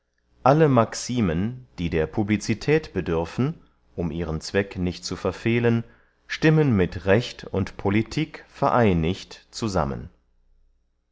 alle maximen die der publicität bedürfen um ihren zweck nicht zu verfehlen stimmen mit recht und politik vereinigt zusammen